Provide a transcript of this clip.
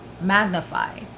magnify